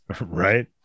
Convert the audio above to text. Right